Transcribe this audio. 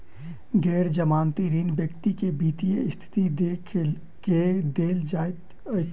गैर जमानती ऋण व्यक्ति के वित्तीय स्थिति देख के देल जाइत अछि